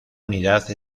unidad